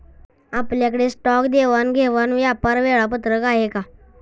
आपल्याकडे स्टॉक देवाणघेवाण व्यापार वेळापत्रक आहे का?